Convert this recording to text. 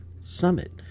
Summit